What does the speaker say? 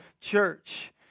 church